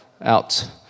out